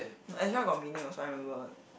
no Ezra got meaning also I remember